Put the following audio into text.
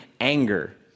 anger